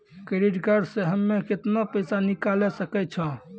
Credit card से हम्मे केतना पैसा निकाले सकै छौ?